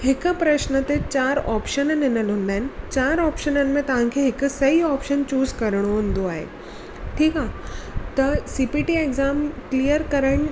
हिकु प्रश्न ते चारि ऑप्शन ॾिनल हूंदा आहिनि चारि ऑप्शननि में तव्हांखे हिक सही ऑप्शन चूज़ करिणो हूंदो आहे ठीकु आहे त सीपीटी एक्ज़ाम क्लिअर करणु